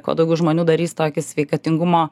kuo daugiau žmonių darys tokį sveikatingumo